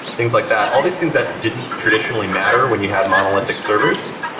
things like that, all these things that didn't traditionally matter when you had monolithic servers.